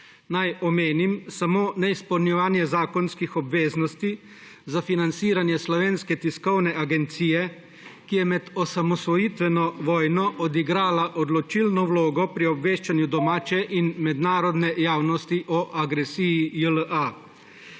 Naj omenim samo ne izpolnjevanje zakonskih obveznosti za financiranje Slovenske tiskovne agencije, ki je med osamosvojitveno vojno odigrala odločilno vlogo pri obveščanju domače in mednarodne javnosti o agresiji JLA.